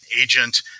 agent